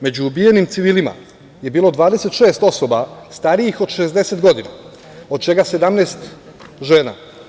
Među ubijenim civilima je bilo 26 osoba starijih od 60 godina, od čega 17 žena.